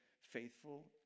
faithful